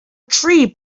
tree